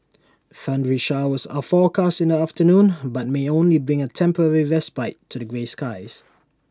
thundery showers are forecast in the afternoon but may only bring A temporary respite to the grey skies